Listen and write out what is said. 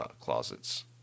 closets